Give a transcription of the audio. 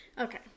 Okay